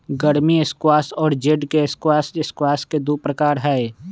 गर्मी स्क्वाश और जेड के स्क्वाश स्क्वाश के दु प्रकार हई